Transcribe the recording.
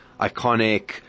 iconic